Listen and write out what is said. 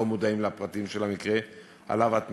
מודעים לפרטים של המקרה שעליו את מדברת.